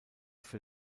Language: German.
für